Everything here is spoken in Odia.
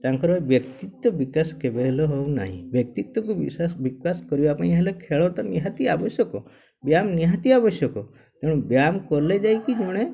ତାଙ୍କର ବ୍ୟକ୍ତିତ୍ଵ ବିକାଶ କେବେ ହେଲେ ହେଉ ନାହିଁ ବ୍ୟକ୍ତିତ୍ଵକୁ ବି ବିକାଶ କରିବା ପାଇଁ ହେଲେ ଖେଳ ତ ନିହାତି ଆବଶ୍ୟକ ବ୍ୟାୟାମ ନିହାତି ଆବଶ୍ୟକ ତେଣୁ ବ୍ୟାୟାମ କଲେ ଯାଇକି ଜଣେ